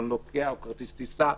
או כרטיס טיסה,